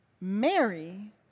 Mary